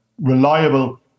reliable